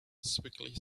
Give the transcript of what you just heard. sickly